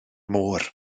môr